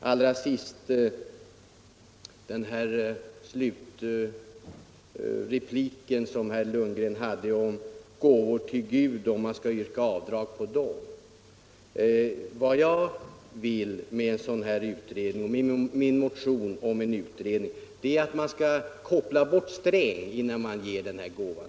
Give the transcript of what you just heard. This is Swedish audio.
Vad till sist herr Lundgrens slutreplik angår, huruvida man skall yrka avdrag på gåvor till Gud, vill jag svara att vad jag syftade till med förslaget om en utredning var att man skall koppla bort herr Sträng innan man ger gåvan.